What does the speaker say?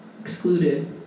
excluded